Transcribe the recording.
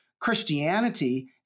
Christianity